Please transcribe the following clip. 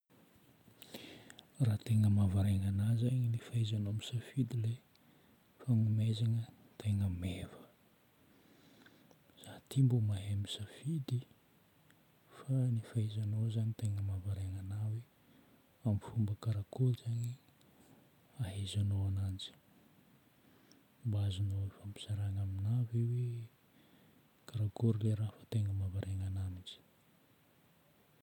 Raha tegna mahavariagna anahy zagny ilay fahaizanao misafidy ilay fagnomezana tegna meva. Za ty mba mahay misafidy fa ny fahaizanao zagny tegna mahavariagna anahy hoe amin'ny fomba karakory zagny no ahaizanao ananjy. Mba azonao ampizarana aminahy ve hoe karakory ilay raha fa tegna mahavariagna anahy mihitsy?